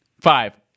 Five